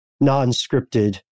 non-scripted